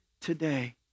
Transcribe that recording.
today